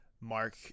Mark